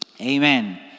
Amen